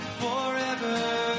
forever